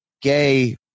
gay